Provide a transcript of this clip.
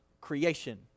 creation